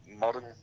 modern